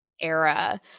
era